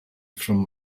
from